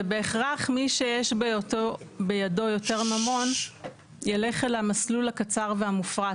ובהכרח מי שיש בידו יותר ממון ילך אל המסלול הקצר והמופרט,